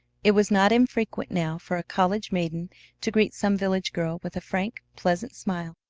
it was not infrequent now for a college maiden to greet some village girl with a frank, pleasant smile,